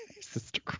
sister